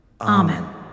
Amen